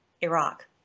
Iraq